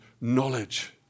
knowledge